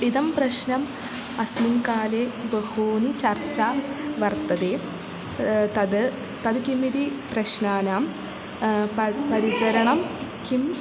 इदं प्रश्नम् अस्मिन् काले बहूनि चर्चा वर्तते तद् तद् किमिति प्रश्नानां प परिचरणं किम्